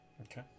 Okay